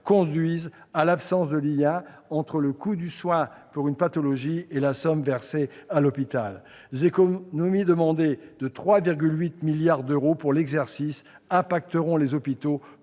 conduisent à l'absence de lien entre le coût du soin pour une pathologie et la somme versée à l'hôpital. Les économies de 3,8 milliards d'euros prévues pour l'exercice impacteront les hôpitaux,